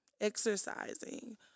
exercising